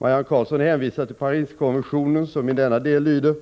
Marianne Karlsson hänvisar till Pariskonventionen som i denna del lyder: